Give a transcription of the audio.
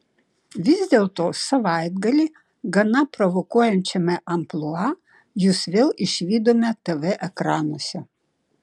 vis dėlto savaitgalį gana provokuojančiame amplua jus vėl išvydome tv ekranuose